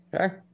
Okay